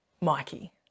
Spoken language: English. Mikey